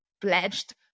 pledged